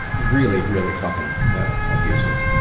really, really fucking abusive.